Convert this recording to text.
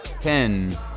Ten